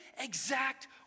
exact